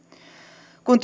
kun